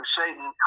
satan